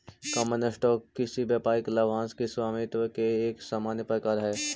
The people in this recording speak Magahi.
कॉमन स्टॉक किसी व्यापारिक लाभांश के स्वामित्व के एक सामान्य प्रकार हइ